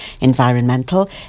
environmental